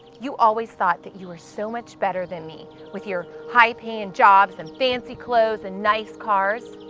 you always thought that you were so much better than me with your high paying and jobs and fancy clothes and nice cars,